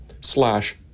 slash